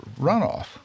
runoff